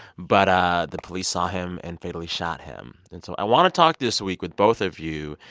but the police saw him and fatally shot him. and so i want to talk this week with both of you